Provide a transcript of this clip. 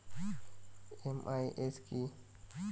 MIS কি?